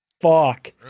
fuck